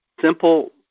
Simple